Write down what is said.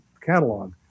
catalog